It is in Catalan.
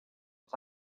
ens